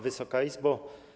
Wysoka Izbo!